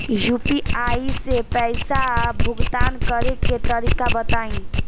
UPI से पईसा भुगतान करे के तरीका बताई?